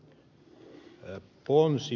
sirnön ponsi